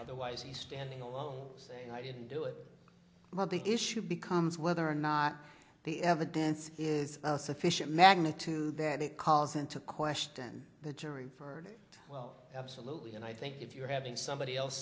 otherwise he's standing alone saying i didn't do it my big issue becomes whether or not the evidence is sufficient magnitude that it calls into question the jury heard well absolutely and i think if you're having somebody else